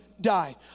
die